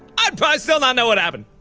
i probably still not know what happened!